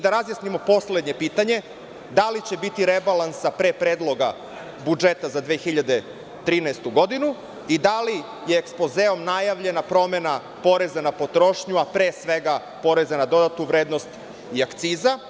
Da razjasnimo poslednje pitanje – da li će biti rebalansa pre predloga budžeta za 2013. godinu i da li je ekspozeom najavljena promena poreza na potrošnju, a pre svega PDV i akciza?